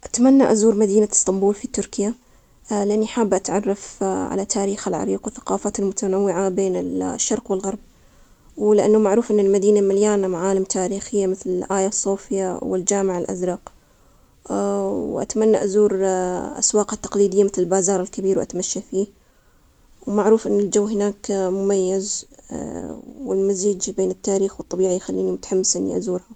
أتمنى أزور مدينة إسطنبول في تركيا لأني حابة أتعرف على تاريخها العريق، وثقافاتها المتنوعة بين الشرق والغرب، ولأنه معروف أن المدينة مليانة معالم تاريخية مثل آيا الصوفية والجامع الأزرق. وأتمنى أزور أسواقها التقليدية، مثل بازار الكبير، وأتمشى فيه، ومعروف إنه الجو هناك مميز، والمزيج بين التاريخ والطبيعية. خليني متحمسة إني أزورها.